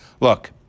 Look